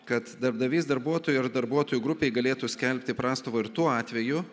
kad darbdavys darbuotojui ar darbuotojų grupei galėtų skelbti prastovą ir tuo atveju